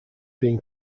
being